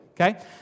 Okay